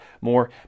more